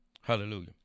Hallelujah